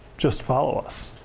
just follow us.